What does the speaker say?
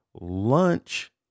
lunch